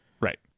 Right